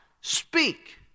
speak